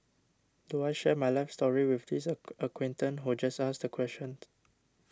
do I share my life story with this a acquaintance who just asked the question